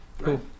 Cool